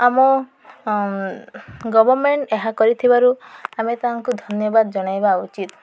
ଆମ ଗଭର୍ଣ୍ଣମେଣ୍ଟ ଏହା କରିଥିବାରୁ ଆମେ ତାଙ୍କୁ ଧନ୍ୟବାଦ ଜଣାଇବା ଉଚିତ